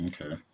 Okay